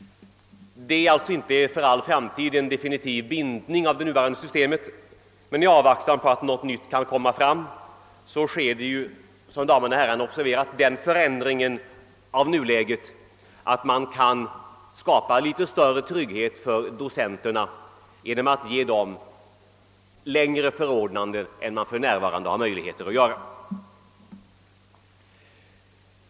Det är alltså inte för all framtid fråga om en definitiv bindning av det nuvarande systemet, men i avvaktan på att något nytt förslag kan komma att fram läggas, sker, som damerna och herrarna har observerat, den förändringen av nuläget, att man kan skapa litet större trygghet för docenterna genom att ge dem längre förordnanden än man för närvarande har möjlighet att göra.